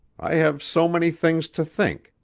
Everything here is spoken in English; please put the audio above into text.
i have so many things to think,